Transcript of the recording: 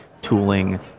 tooling